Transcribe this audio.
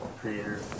Creator